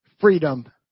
freedom